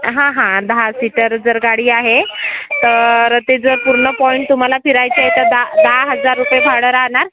हां हां दहा सीटर जर गाडी आहे तर ते जर पूर्ण पॉईंट तुम्हाला फिरायचे तर दहा दहा हजार रुपये भाडं राहणार